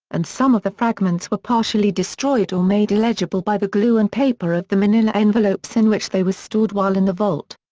and some of the fragments were partially destroyed or made illegible by the glue and paper of the manila envelopes in which they were stored while in the vault.